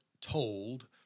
told